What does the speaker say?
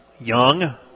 Young